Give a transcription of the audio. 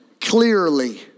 clearly